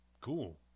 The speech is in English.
cool